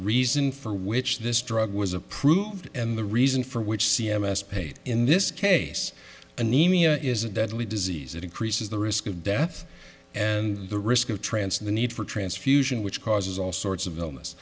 reason for which this drug was approved and the reason for which c m s paid in this case anemia is a deadly disease that increases the risk of death and the risk of trance the need for transfusion which causes all sorts of illness